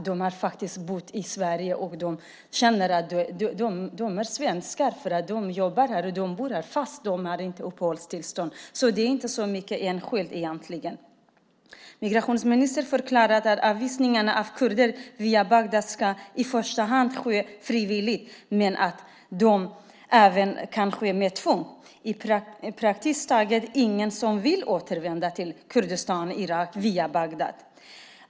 De har bott i Sverige och känner sig som svenskar. De jobbar och bor här fast de inte har uppehållstillstånd. Det handlar egentligen inte så mycket om enskilda. Migrationsministern förklarar att avvisningarna av kurder via Bagdad i första hand ska ske frivilligt men att de även kan ske med tvång. Det är praktiskt taget ingen som vill återvända till Kurdistan och Irak via Bagdad.